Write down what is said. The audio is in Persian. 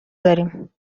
داریم